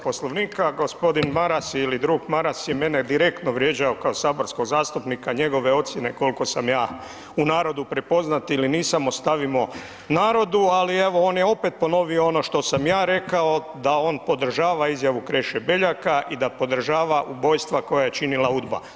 Poslovnika, gospodin Maras ili drug Maras je mene direktno vrijeđao kao saborskog zastupnika, njegove ocjene koliko sam ja u narodu prepoznat ili nisam ostavimo narodu, ali evo on je opet ponovio ono što sam ja rekao, da on podržava izjavu Kreše Beljaka i da podržava ubojstva koja je činila UDBA.